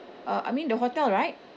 uh I mean the hotel right